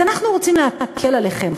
אז אנחנו רוצים להקל עליכם,